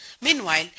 Meanwhile